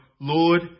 Lord